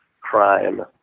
crime